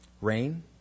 Rain